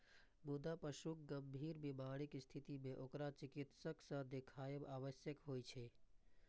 मुदा पशुक गंभीर बीमारीक स्थिति मे ओकरा चिकित्सक सं देखाएब आवश्यक होइ छै